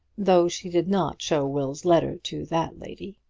though she did not show will's letter to that lady.